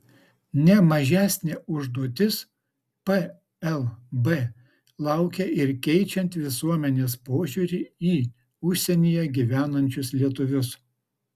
ne mažesnė užduotis plb laukia ir keičiant visuomenės požiūrį į užsienyje gyvenančius lietuvius